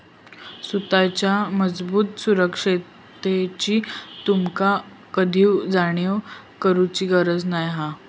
सुताच्या मजबूत सुरक्षिततेची तुमका कधीव काळजी करुची गरज नाय हा